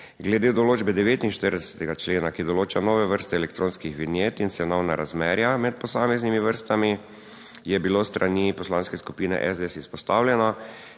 Glede določbe 49. člena, ki določa nove vrste elektronskih vinjet in cenovna razmerja med posameznimi vrstami, je bilo s strani Poslanske skupine SDS izpostavljeno,